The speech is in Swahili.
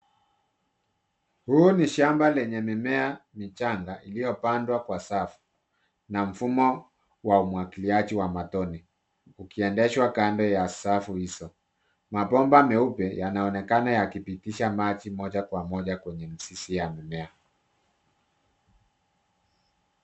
Huu ni shamba lenye mimea michanga iliopandwa kwa safu na mfumo wa umwagiliaji wa matone ukiendeshwa kando ya safu hizo. Mabomba meupe yanaonekana yakipitisha maji moja kwa moja kwenye mzizi ya mmea.